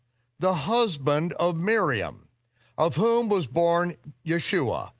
the husband of miriam of whom was born yeshua,